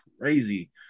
crazy